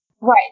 Right